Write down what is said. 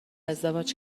ازدواج